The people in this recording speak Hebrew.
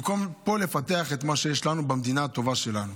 במקום לפתח פה את מה שיש לנו במדינה הטובה שלנו.